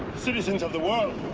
citizens of the world.